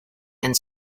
and